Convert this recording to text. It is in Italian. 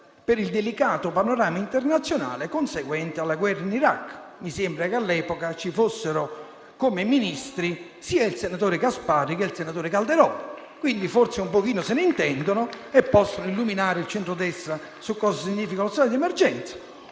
per il delicato panorama internazionale conseguente alla guerra in Iraq. Mi sembra che all'epoca ci fossero come ministri sia il senatore Gasparri che il senatore Calderoli, quindi forse un po' se ne intendono e possono illuminare il centrodestra su cosa significhi lo stato di emergenza.